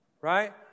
Right